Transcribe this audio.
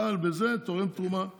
בזה צה"ל תורם תרומה רצינית,